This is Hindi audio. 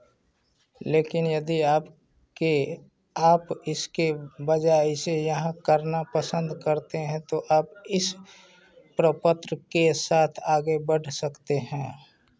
लेकिन यदि आप इसके बजाए इसे यहाँ करना पसंद करते हैं तो आप इस प्रपत्र के साथ आगे बढ़ सकते हैं